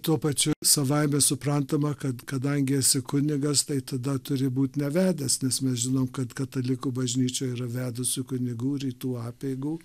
tuo pačiu savaime suprantama kad kadangi esi kunigas tai tada turi būt nevedęs nes mes žinom kad katalikų bažnyčioj yra vedusių kunigų rytų apeigų